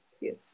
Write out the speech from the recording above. yes